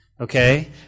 okay